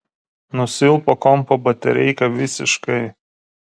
nusilpo kompo batareika visiškai